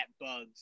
Bugs